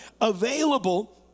available